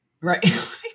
Right